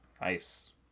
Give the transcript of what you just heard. Nice